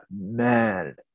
man